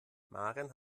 maren